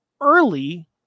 early